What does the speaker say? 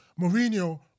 Mourinho